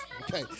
okay